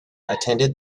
attended